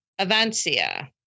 Avancia